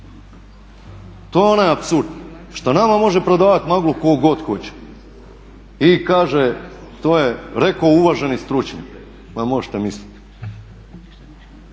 To je onaj apsurd što nama može prodavati maglu tko god hoće i kaže to je rekao uvaženi stručnjak. Ma možete misliti.